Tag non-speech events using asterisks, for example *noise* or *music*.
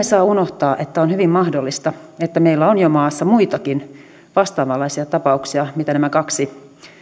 *unintelligible* saa unohtaa että on hyvin mahdollista että meillä on jo maassa muitakin vastaavanlaisia tapauksia kuin nämä kaksi